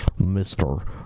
Mr